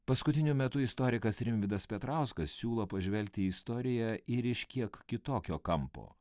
paskutiniu metu istorikas rimvydas petrauskas siūlo pažvelgti į istoriją ir iš kiek kitokio kampo